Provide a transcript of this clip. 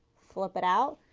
flip it out.